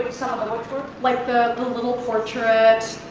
um which work? like the the little portrait,